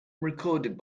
recorded